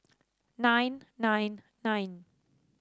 nine nine nine